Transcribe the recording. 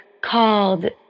called